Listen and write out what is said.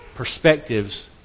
Perspectives